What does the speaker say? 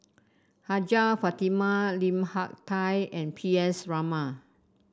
Hajjah Fatimah Lim Hak Tai and P S Raman